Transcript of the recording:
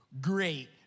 great